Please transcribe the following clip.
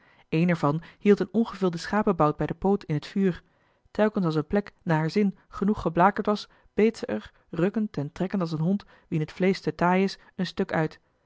kring eene ervan hield eene ongevilde schapenbout bij den poot in het vuur telkens als eene plek naar haar zin genoeg geblakerd was beet ze er rukkend en trekkend als een hond wien het vleesch te taai is een stuk uit